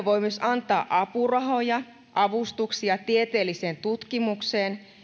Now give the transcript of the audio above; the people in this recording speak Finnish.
voi myös antaa apurahoja avustuksia tieteelliseen tutkimukseen